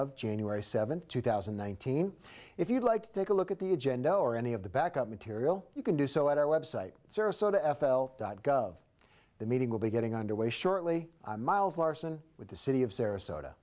of january seventh two thousand and nineteen if you'd like to take a look at the agenda or any of the backup material you can do so at our website sarasota f l dot gov the meeting will be getting underway shortly miles larsen with the city of sarasota